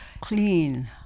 clean